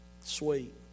Sweet